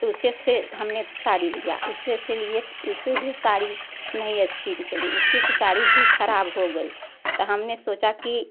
तो उसी से हमने साड़ी लिया उसी से लिए तो उसे भी साड़ी नहीं अच्छी निकली उसी के साड़ी भी खराब हो गई तो हमने सोचा कि